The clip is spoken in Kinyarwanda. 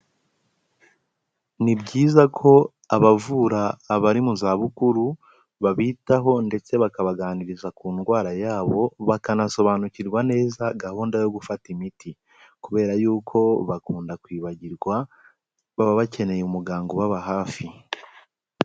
Ni byiza ko abavura abari mu zabukuru babitaho ndetse bakabaganiriza ku ndwara yabo, bakanasobanukirwa neza gahunda yo gufata imiti kubera yuko bakunda kwibagirwa, baba bakeneye umuganga ubaba hafi.